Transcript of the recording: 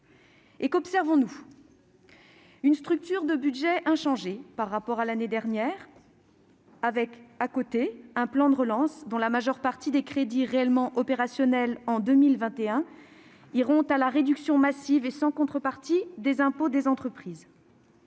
Et qu'observons-nous ? Une structure de budget inchangée par rapport à l'année dernière, assortie d'un plan de relance dont la majeure partie des crédits réellement opérationnels en 2021 ira à la réduction massive et sans contrepartie des impôts des entreprises.